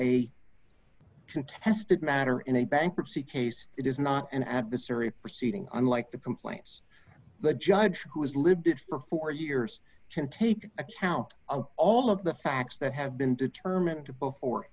a contested matter in a bankruptcy case it is not an adversary proceeding unlike the complaints the judge who has lived it for four years can take account of all of the facts that have been determined to before